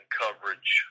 coverage